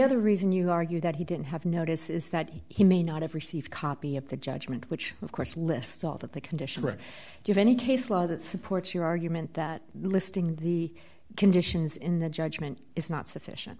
other reason you argue that he didn't have notice is that he may not have received a copy of the judgment which of course lists all that the condition or give any case law that supports your argument that listing the conditions in the judgment is not sufficient